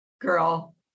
girl